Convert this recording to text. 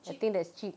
I think that's cheap